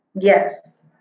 Yes